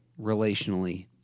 relationally